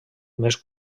més